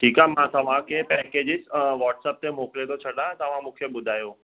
ठीकु आहे मां तव्हांखे पैकेजिज़ व्हाटसअप ते मोकिले थो छॾा तव्हां मूंखे ॿुधायो